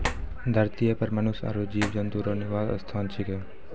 धरतीये पर मनुष्य आरु जीव जन्तु रो निवास स्थान छिकै